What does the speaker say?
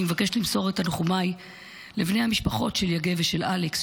אני מבקשת למסור את תנחומיי לבני המשפחות של יגב ושל אלכס,